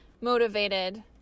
motivated